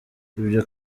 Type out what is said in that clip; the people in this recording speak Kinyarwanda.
ibyo